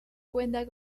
cuenta